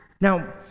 Now